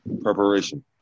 preparation